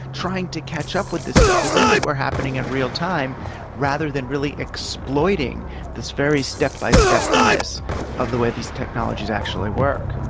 trying to catch up with this stuff as if it were happening in real time rather than really exploiting this very step-by-step bias of the way these technologies actually work.